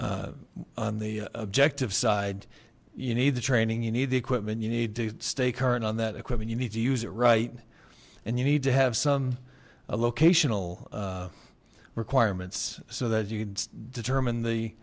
on the objective side you need the training you need the equipment you need to stay current on that equipment you need to use it right and you need to have some locational requirements so that you can determine the